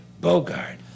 Bogart